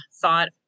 thought